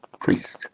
priest